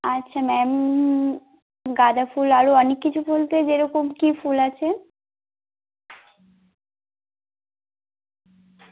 আচ্ছা ম্যাম গাঁদা ফুল আরো অনেক কিছু ফুল তো যেরকম কী ফুল আছে